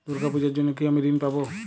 দুর্গা পুজোর জন্য কি আমি ঋণ পাবো?